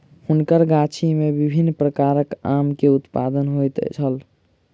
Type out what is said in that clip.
हुनकर गाछी में विभिन्न प्रकारक आम के उत्पादन होइत छल